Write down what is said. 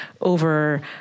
over